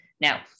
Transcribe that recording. Now